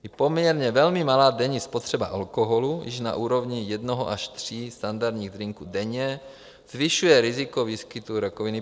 I poměrně velmi malá denní spotřeba alkoholu již na úrovni jednoho až tří standardních drinků denně zvyšuje riziko výskytu rakoviny prsu.